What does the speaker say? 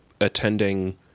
attending